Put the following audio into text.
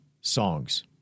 songs